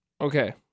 okay